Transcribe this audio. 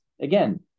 again